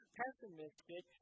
pessimistic